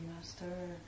master